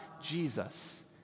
Jesus